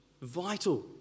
vital